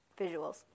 visuals